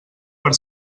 per